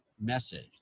message